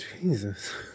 Jesus